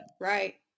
right